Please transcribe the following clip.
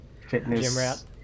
fitness